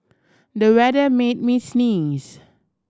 the weather made me sneeze